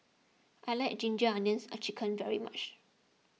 I like Ginger Onions Chicken very much